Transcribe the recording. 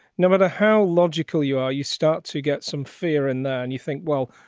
no matter how logical you are, you start to get some fear and ah and you think, well,